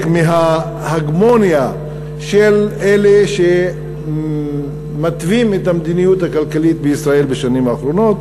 מההגמוניה של אלה שמתווים את המדיניות הכלכלית בישראל בשנים האחרונות.